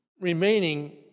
remaining